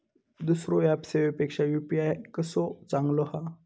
दुसरो ऍप सेवेपेक्षा यू.पी.आय कसो चांगलो हा?